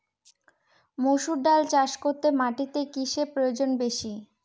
মুসুর ডাল চাষ করতে মাটিতে কিসে প্রয়োজন বেশী?